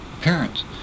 parents